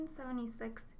1976